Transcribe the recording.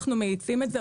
אנחנו מאיצים את זה.